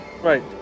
Right